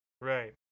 Right